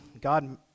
God